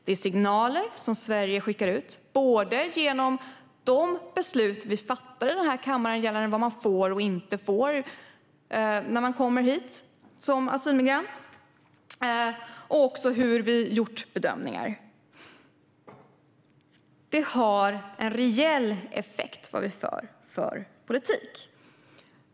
Det är signaler som Sverige skickar ut, både genom de beslut vi fattar i denna kammare gällande vad man får och inte får när man kommer hit som asylmigrant och genom vårt sätt att göra bedömningar. Den politik vi för har en reell effekt.